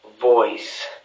voice